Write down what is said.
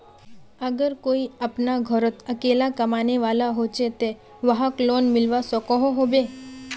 अगर कोई अपना घोरोत अकेला कमाने वाला होचे ते वाहक लोन मिलवा सकोहो होबे?